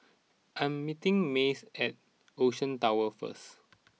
I am meeting Mace at Ocean Towers first